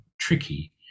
tricky